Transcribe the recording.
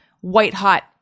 white-hot